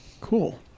Cool